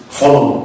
follow